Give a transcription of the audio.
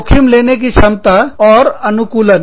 जोखिम लेने की क्षमता और अनुकूलन